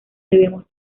debemos